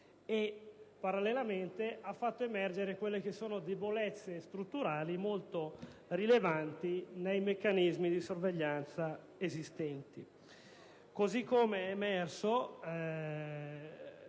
Parallelamente, ha fatto emergere le debolezze strutturali molto rilevanti nei meccanismi di sorveglianza esistenti; così come è emersa